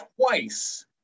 twice